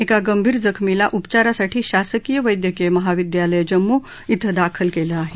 एका गंभीर जखमीला उपचारासाठी शासकीय वैद्यकीय महाविद्यालय जम्मू श्वि दाखल केलं आहे